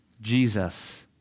Jesus